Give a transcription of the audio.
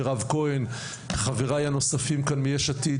מירב כהן; לחבריי הנוספים כאן מיש עתיד,